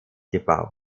gebaut